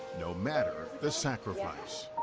no matter the sacrifice.